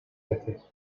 veces